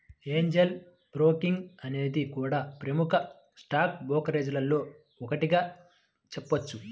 Angel Broking అనేది కూడా ప్రముఖ స్టాక్ బ్రోకరేజీల్లో ఒకటిగా చెప్పొచ్చు